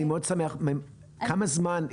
אני שמח מאוד לשמוע, כמה זמן?